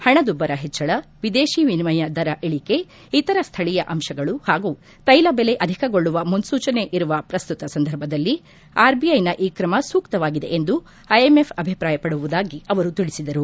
ಹಣದುಬ್ಬರ ಹೆಚ್ಚಳ ವಿದೇಶಿ ವಿನಿಮಯ ದರ ಇಳಿಕೆ ಇತರ ಸ್ಥಳೀಯ ಅಂಶಗಳು ಹಾಗೂ ತೈಲ ಬೆಲೆ ಅಧಿಕಗೊಳ್ಳುವ ಮುನ್ನೂಚನೆ ಇರುವ ಪ್ರಸ್ತುತ ಸಂದರ್ಭದಲ್ಲಿ ಆರ್ಬಿಐನ ಈ ಕ್ರಮ ಸೂಕ್ತವಾಗಿದೆ ಎಂದು ಐಎಂಎಫ್ ಅಭಿಪ್ರಾಯ ಪಡುವುದಾಗಿ ಅವರು ತಿಳಿಸಿದರು